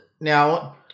Now